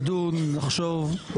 נדון, נחשוב.